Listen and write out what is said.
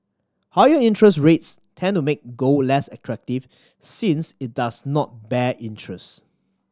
higher interest rates tend to make gold less attractive since it does not bear interest